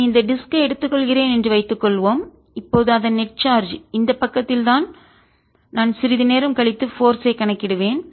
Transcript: நான் இந்த டிஸ்க் ஐ வட்டை எடுத்துக்கொள்கிறேன் என்று வைத்துக்கொள்வோம் இப்போது அதன் நெட் சார்ஜ் இந்த பக்கத்தில் தான் நான் சிறிது நேரம் கழித்து போர்ஸ் ஐ சக்தியை கணக்கிடுவேன்